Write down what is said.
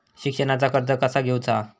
शिक्षणाचा कर्ज कसा घेऊचा हा?